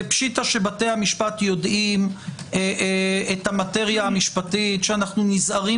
פשיטא שבתי המשפט יודעים את המטריה המשפטית שאנו נזהרים